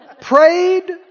prayed